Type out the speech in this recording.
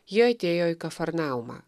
jie atėjo į kafarnaumą